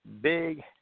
big